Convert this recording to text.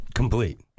Complete